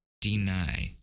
deny